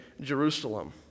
Jerusalem